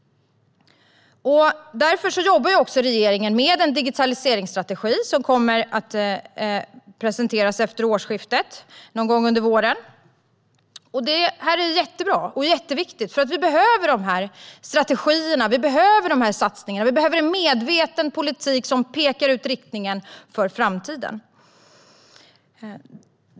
Därför jobbar regeringen med en digitaliseringsstrategi som kommer att presenteras efter årsskiftet, någon gång under våren. Det är både bra och viktigt. Vi behöver strategierna och satsningarna. Det behövs en medveten politik som pekar ut riktningen för framtiden.